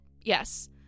Yes